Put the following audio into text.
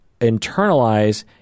internalize